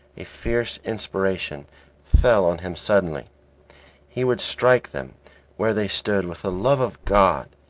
a fierce inspiration fell on him suddenly he would strike them where they stood with the love of god.